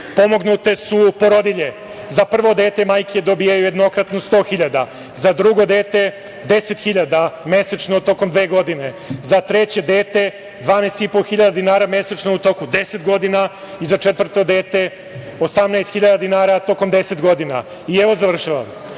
Pomognute su porodilje. Za prvo dete majke dobijaju jednokratno 100.000, za drugo dete 10.000 mesečno tokom dve godine, za treće dete 12.500 dinara mesečno u toku 10 godina i za četvrto dete 18.000 dinara tokom 10 godina. Evo, završavam.